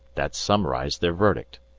that summarized their verdict.